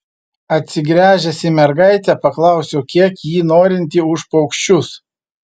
atsigręžęs į mergaitę paklausiau kiek ji norinti už paukščius